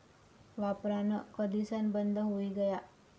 वापरान कधीसन बंद हुई गया